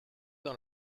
dans